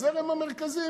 הזרם המרכזי,